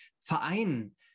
vereinen